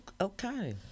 okay